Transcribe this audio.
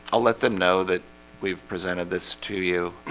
i'll let them know that we've presented this to you.